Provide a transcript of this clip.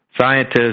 scientists